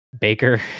Baker